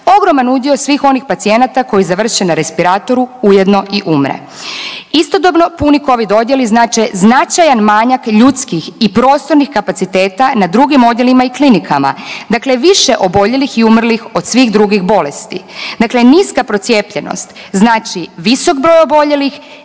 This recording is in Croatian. ogroman udio svih onih pacijenata koji završe na respiratoru ujedno i umre. Istodobno puni covid odjeli znače značajan manjak ljudskih i prostornih kapaciteta na drugim odjelima i klinikama, dakle više oboljelih i umrlih od svih drugih bolesti. Dakle, niska procijepljenost znači visok broj oboljelih,